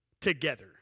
together